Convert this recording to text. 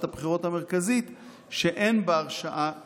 הבחירות המרכזית שאין בהרשעה קלון.